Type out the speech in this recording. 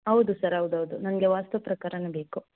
ಹೌದು ಸರ್ ಹೌದೌದು ನನಗೆ ವಾಸ್ತು ಪ್ರಕಾರವೇ ಬೇಕು